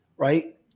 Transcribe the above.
Right